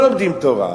שבה לא לומדים תורה,